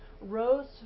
rose